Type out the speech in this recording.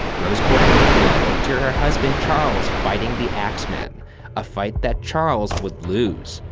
rose cortimiglia woke to her husband charles fighting the axeman. a fight that charles would lose.